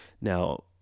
Now